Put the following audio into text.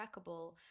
trackable